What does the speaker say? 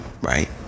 right